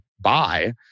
buy